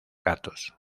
gatos